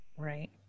right